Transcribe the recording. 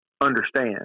understand